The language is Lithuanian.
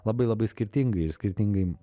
labai labai skirtingai ir skirtingai